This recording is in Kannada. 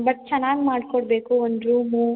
ಬಟ್ ಚೆನ್ನಾಗಿ ಮಾಡಿಕೊಡ್ಬೇಕು ಒಂದು ರೂಮು